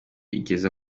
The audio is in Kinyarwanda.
igeza